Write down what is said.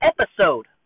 episode